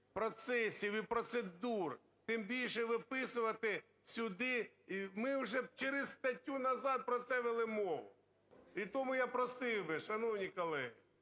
процесів і процедур, тим більше виписувати сюди, ми вже через статтю назад про це вели мову. І тому я просив би, шановні колеги,